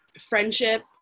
Friendship